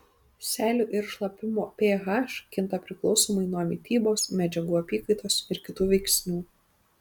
seilių ir šlapimo ph kinta priklausomai nuo mitybos medžiagų apykaitos ir kitų veiksnių